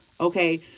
Okay